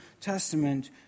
Testament